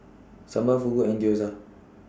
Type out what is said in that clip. Sambar Fugu and Gyoza